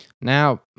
Now